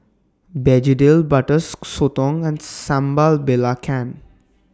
Begedil Butter Sotong and Sambal Belacan